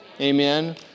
Amen